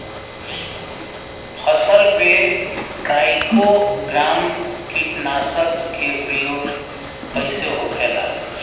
फसल पे ट्राइको ग्राम कीटनाशक के प्रयोग कइसे होखेला?